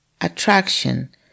attraction